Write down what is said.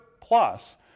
plus